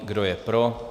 Kdo je pro?